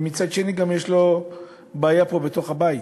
ומצד שני גם יש לו בעיה פה בתוך הבית,